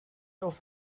auf